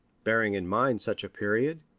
bearing in mind such a period,